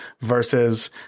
versus